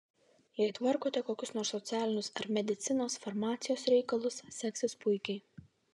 jei tvarkote kokius nors socialinius ar medicinos farmacijos reikalus seksis puikiai